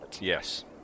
Yes